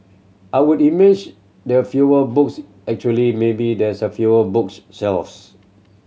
I would imagine there fewer books actually maybe there's fewer books shelves